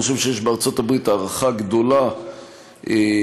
אני חושב שיש בארצות-הברית הערכה גדולה לעובדה